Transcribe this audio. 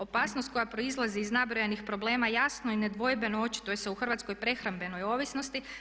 Opasnost koja proizlazi iz nabrojanih problema jasno i nedvojbeno očituje se u hrvatskoj prehrambenoj ovisnosti.